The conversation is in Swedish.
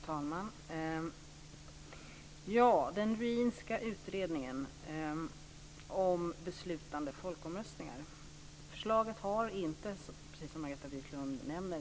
Fru talman! Förslaget i den Ruinska utredningen om beslutande folkomröstningar har inte lett till någon lagstiftning, precis som Margareta Viklund nämner.